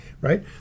right